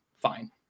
Fine